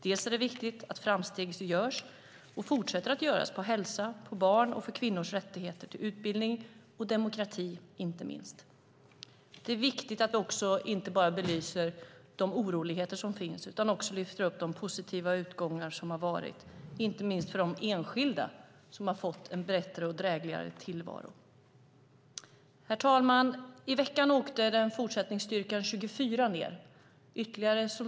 Det är viktigt att framsteg fortsätter att göras i fråga om hälsa, barn, kvinnors rättigheter, utbildning och inte minst demokrati. Det är viktigt att vi inte bara belyser de orosmoln som finns utan också lyfter fram de positiva saker som har skett, inte minst för de enskilda som har fått en bättre och drägligare tillvaro. Herr talman! I veckan åkte Fortsättningsstyrka 24 till Afghanistan.